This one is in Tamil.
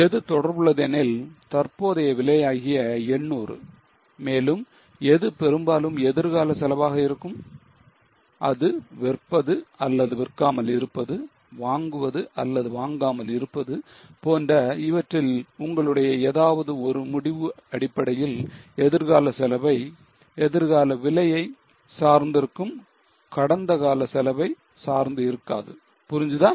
எது தொடர்புள்ளது எனில் தற்போதைய விலையாகிய 800 மேலும் எது பெரும்பாலும் எதிர்கால செலவாக இருக்கும் அது விற்பது அல்லது விற்காமல் இருப்பது வாங்குவது அல்லது வாங்காமல் இருப்பது போன்ற இவற்றில் உங்களுடைய ஏதாவது ஒரு முடிவு அடிப்படையில் எதிர்கால செலவை எதிர்கால விலையை சார்ந்திருக்கும் கடந்தகால செலவை சார்ந்து இருக்காது புரிஞ்சுதா